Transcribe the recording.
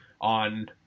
on